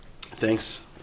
Thanks